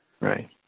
Right